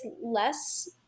less